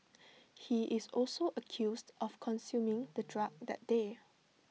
he is also accused of consuming the drug that day